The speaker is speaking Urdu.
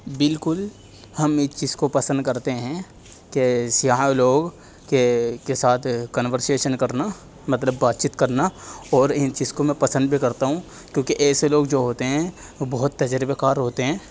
بالکل ہم اس چیز کو پسند کرتے ہیں کہ سیاح لوگ کے کے ساتھ کنورسیشن کرنا مطلب بات چیت کرنا اور ان چیز کو میں پسند بھی کرتا ہوں کیوںکہ ایسے لوگ جو ہوتے ہیں وہ بہت تجربےکار ہوتے ہیں